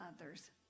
others